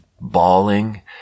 bawling